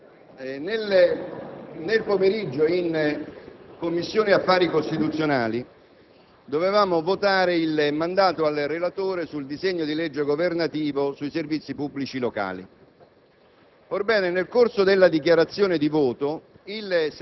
nel pomeriggio, in Commissione affari costituzionali dovevamo votare il mandato al relatore sul disegno di legge n. 772, d'iniziativa governativa, sui servizi pubblici locali.